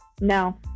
no